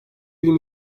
bilim